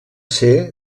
ser